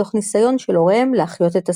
מתוך ניסיון של הוריהם להחיות את השפה.